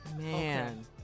man